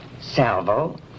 Salvo